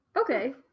Okay